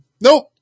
Nope